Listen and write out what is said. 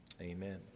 Amen